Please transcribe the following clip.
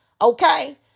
Okay